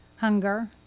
Hunger